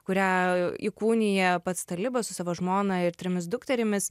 kurią įkūnija pats talibas su savo žmona ir trimis dukterimis